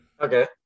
Okay